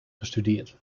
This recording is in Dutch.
gestudeerd